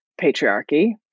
patriarchy